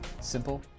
simple